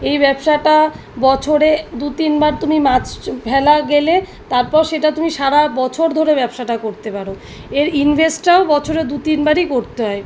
এই ব্যবসাটা বছরে দু তিনবার তুমি মাছ ফেলা গেলে তারপর সেটা তুমি সারা বছর ধরে ব্যবসাটা করতে পারো এর ইনভেস্টটাও বছরে দু তিনবারই করতে হয়